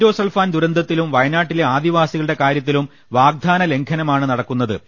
endosulfan ദുരന്ത ത്തിലും വയനാട്ടിലെ ആദിവാസികളുടെ കാര്യത്തിലും വാഗ്ദാ നലംഘനമാണ് നടക്കുന്നത്